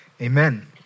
Amen